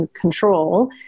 control